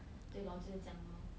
对 lor 就是这样 lor